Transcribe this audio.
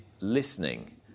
listening